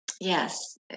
Yes